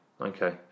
Okay